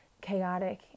chaotic